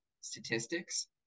statistics